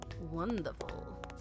wonderful